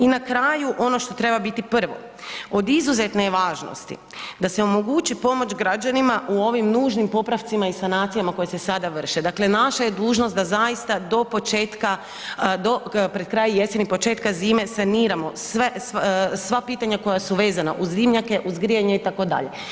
I na kraju, ono što treba biti prvo, od izuzetne je važnosti da se omogući pomoć građanima u ovim nužnim popravcima i sanacijama koje se sada vrše, dakle naša je dužnost da zaista do početka, do pred kraj jeseni i početka zime saniramo sve, sva pitanja koja su vezana uz dimnjake, uz grijanje itd.